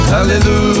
Hallelujah